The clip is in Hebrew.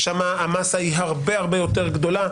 ושם המסה הרבה הרבה יותר גדולה,